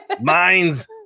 minds